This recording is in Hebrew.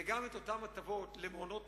וגם את אותן הטבות למעונות-היום,